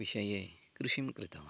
विषये कृषिं कृतवान्